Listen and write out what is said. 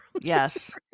yes